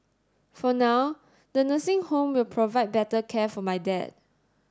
for now the nursing home will provide better care for my dad